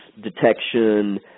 detection